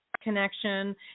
Connection